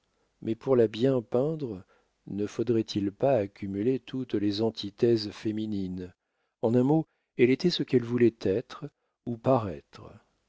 mais pour la bien peindre ne faudrait-il pas accumuler toutes les antithèses féminines en un mot elle était ce qu'elle voulait être ou paraître